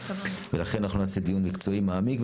ולכן, אנחנו נעשה דיון מקצועי ומעמיק.